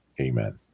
amen